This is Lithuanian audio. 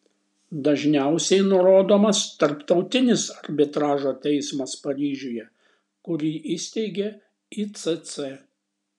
dažniausiai nurodomas tarptautinis arbitražo teismas paryžiuje kurį įsteigė icc